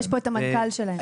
נמצא פה המנכ"ל שלהם.